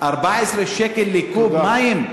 14 שקל לקוב מים.